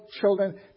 children